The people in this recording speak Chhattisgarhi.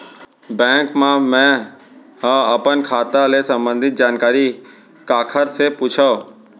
बैंक मा मैं ह अपन खाता ले संबंधित जानकारी काखर से पूछव?